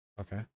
okay